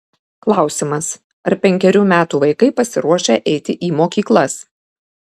klausimas ar penkerių metų vaikai pasiruošę eiti į mokyklas